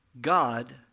God